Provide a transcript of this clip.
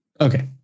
Okay